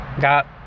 Got